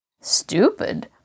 Stupid